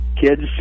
kids